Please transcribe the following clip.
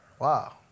wow